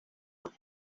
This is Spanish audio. los